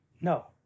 No